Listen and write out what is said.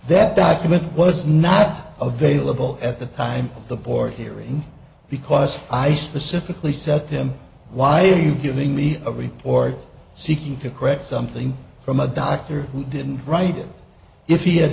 that document was not available at the time of the board hearing because i specifically said him why are you giving me a report seeking to correct something from a doctor who didn't write it if he ha